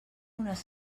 unes